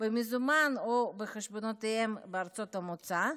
במזומן או בחשבונותיהם בארצות המוצא,